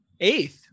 Eighth